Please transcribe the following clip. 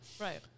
Right